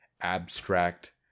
abstract